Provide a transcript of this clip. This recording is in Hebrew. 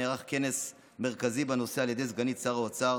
נערך כנס מרכזי בנושא על ידי סגנית שר האוצר